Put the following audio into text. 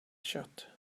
shut